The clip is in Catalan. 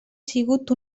sigut